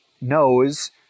knows